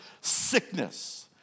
sickness